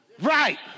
Right